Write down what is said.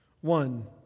one